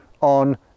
on